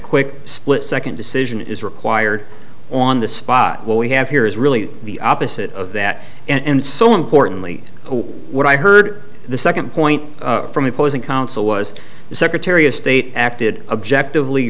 quick split second decision is required on the spot what we have here is really the opposite of that and so importantly what i heard the second point from opposing counsel was the secretary of state acted objective lee